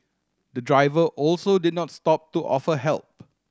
the driver also did not stop to offer help